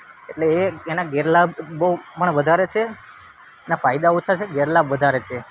એટલે એ એના ગેરલાભ બહુ પણ વધારે છે એના ફાયદા ઓછા છે ગેરલાભ વધારે છે